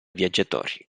viaggiatori